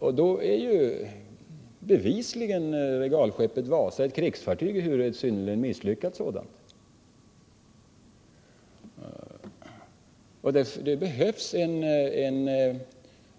Regalskeppet Wasa var bevisligen ett krigsfartyg, ehuru ett misslyckat sådant. Det behövs Nr 120